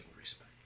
respect